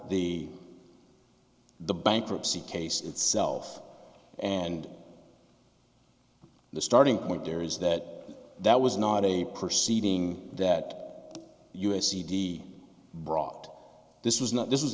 the the bankruptcy case itself and the starting point there is that that was not a proceeding that u s c d brought this was not this